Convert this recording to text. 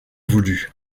voulu